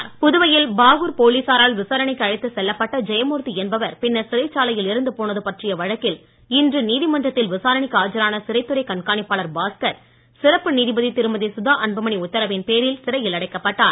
ஜெயமூர்த்தி புதுவையில் பாகூர் போலீசாரால் விசாரணைக்கு அழைத்துச் செல்லப்பட்ட ஜெயமூர்த்தி என்பவர் பின்னர் சிறைச்சாலையில் இறந்து போனது பற்றிய வழக்கில் இன்று நீதிமன்றத்தில் விசாரணைக்கு ஆஜரான சிறைத்துறை கண்காணிப்பாளர் பாஸ்கர் சிறப்பு நீதிபதி சுதா அன்புமணி உத்தரவின் பேரில் சிறையில் திருமதி அடைக்கப்பட்டார்